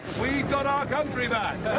got our country back!